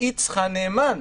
צריכה נאמן.